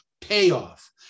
payoff